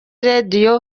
radio